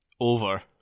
Over